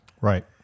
right